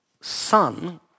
son